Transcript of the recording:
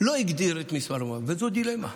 לא הגדיר, וזאת דילמה,